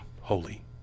holy